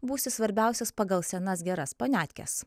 būsi svarbiausias pagal senas geras paniatkes